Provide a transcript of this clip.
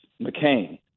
McCain